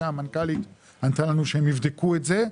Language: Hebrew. והמנכ"לית ענתה לנו שהם יבדקו את זה,